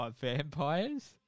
vampires